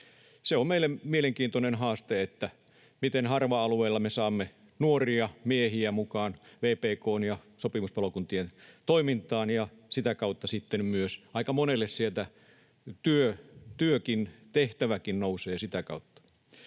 Se on meille mielenkiintoinen haaste, miten me harva-alueilla saamme nuoria miehiä mukaan vpk:n ja sopimuspalokuntien toimintaan. Aika monelle sitä kautta sitten työkin, tehtäväkin nousee.